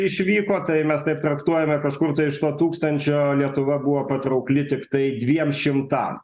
išvyko tai mes taip traktuojame kažkur iš to tūkstančio lietuva buvo patraukli tiktai dviem šimtam